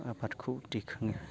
आबादखौ दैखाङो